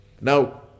Now